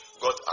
got